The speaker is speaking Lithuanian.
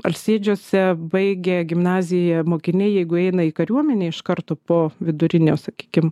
alsėdžiuose baigę gimnaziją mokiniai jeigu eina į kariuomenę iš karto po vidurinio sakykim